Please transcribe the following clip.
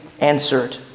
answered